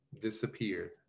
disappeared